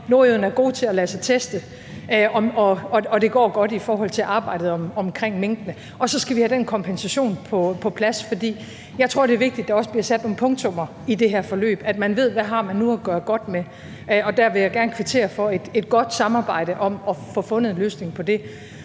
Nordjyderne er gode til at lade sig teste, og det går godt i forhold til arbejdet omkring minkene. Og så skal vi have den kompensation på plads, fordi jeg tror, det er vigtigt, at der også bliver sat nogle punktummer i det her forløb, at man ved, hvad man nu har at gøre godt med, og der vil jeg godt kvittere for et godt samarbejde om at få fundet en løsning på det.